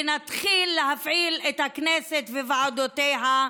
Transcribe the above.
ולהתחיל להפעיל את הכנסת וועדותיה.